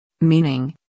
Meaning